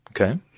Okay